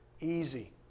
easy